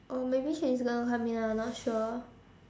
oh maybe she's gonna come here I not sure